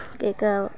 केकआ